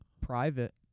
private